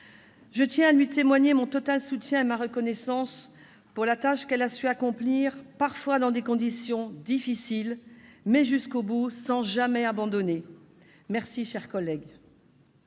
Je tiens à lui témoigner mon total soutien et ma reconnaissance pour la tâche qu'elle a su accomplir, parfois dans des conditions difficiles, mais jusqu'au bout, sans jamais abandonner. Merci, chère collègue